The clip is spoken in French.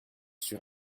sur